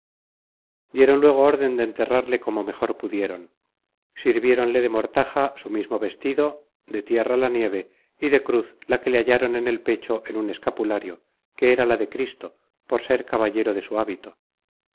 dieron luego órden de enterralle como mejor pudieron sirvióle de mortaja su mismo vestido de tierra la nieve y de cruz la que le hallaron en el pecho en un escapulario que era la de cristo por ser caballero de su hábito